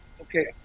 okay